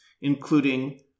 including